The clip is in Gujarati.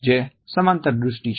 જે સમાંતર દૃષ્ટિ છે